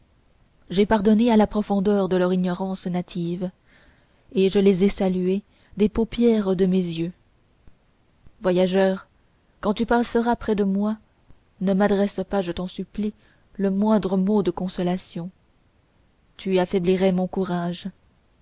j'ai pardonné à la profondeur de leur ignorance native et je les ai salués des paupières de mes yeux voyageur quand tu passeras près de moi ne m'adresse pas je t'en supplie le moindre mot de consolation tu affaiblirais mon courage